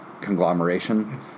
conglomeration